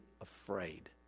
afraid